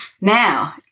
now